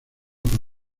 con